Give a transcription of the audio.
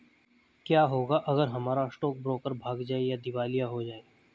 क्या होगा अगर हमारा स्टॉक ब्रोकर भाग जाए या दिवालिया हो जाये?